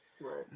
Right